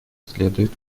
следует